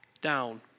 down